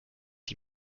die